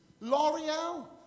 L'Oreal